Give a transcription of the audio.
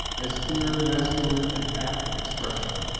as clear, masculine, and apt expression.